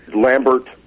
Lambert